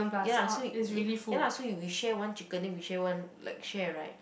ya so uh ya lah so we we share one chicken then we share one like share right